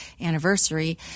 anniversary